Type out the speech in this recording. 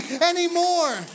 anymore